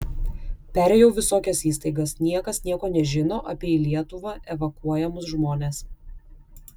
perėjau visokias įstaigas niekas nieko nežino apie į lietuvą evakuojamus žmones